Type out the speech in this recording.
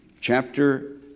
Chapter